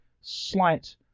slight